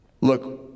Look